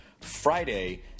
Friday